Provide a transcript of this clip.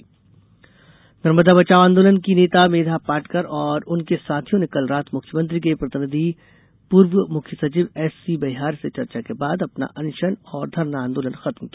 अनशन नर्मदा बचाओ आंदोलन की नेता मेधा पाटकर और उनके साथियों ने कल रात मुख्यमंत्री के प्रतिनिधि पूर्व मुख्य सचिव एससी बैहार से चर्चा के बाद अपना अनशन और धरना आंदोलन खत्म किया